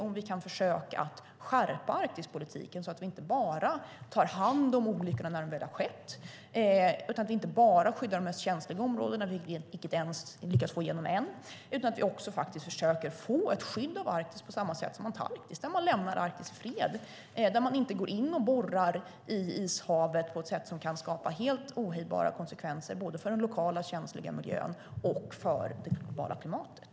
Kan vi försöka skärpa Arktispolitiken så att vi inte endast tar hand om olyckorna när de väl skett och inte bara skyddar de mest känsliga områdena, vilket vi inte ens lyckats få igenom ännu, utan också försöker få ett skydd av Arktis på samma sätt som av Antarktis så att man lämnar Arktis i fred och inte går in och borrar i Ishavet på ett sätt som kan medföra helt ohejdbara konsekvenser både för den lokala, känsliga miljön och för det globala klimatet?